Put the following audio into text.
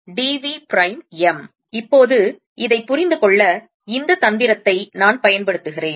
d v prime m இப்போது இதைப் புரிந்துகொள்ள இந்த தந்திரத்தை நான் பயன்படுத்துகிறேன்